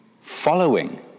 following